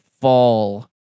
fall